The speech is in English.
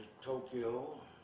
Tokyo